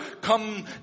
come